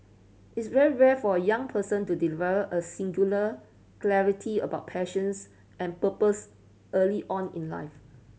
it's very rare for a young person to develop a singular clarity about passions and purpose early on in life